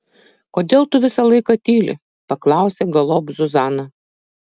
kodėl tu visą laiką tyli paklausė galop zuzana